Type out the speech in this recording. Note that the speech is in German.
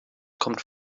kommt